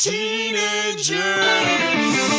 Teenagers